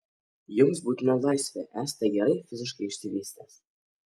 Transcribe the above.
jums būtina laisvė esate gerai fiziškai išsivystęs